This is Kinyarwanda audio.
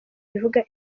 ivuga